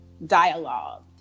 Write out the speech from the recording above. dialogue